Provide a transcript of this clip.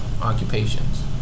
occupations